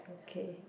okay